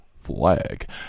Flag